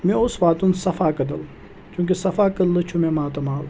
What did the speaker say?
مےٚ اوس واتُن صفا کٔدٕل چوٗنٛکہِ صفا کدلہٕ چھُ مےٚ ماتامال